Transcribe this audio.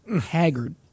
haggard